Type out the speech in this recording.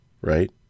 right